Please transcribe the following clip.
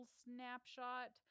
snapshot